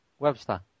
Webster